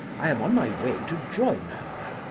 i am on my way to join her.